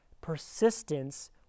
persistence